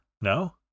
no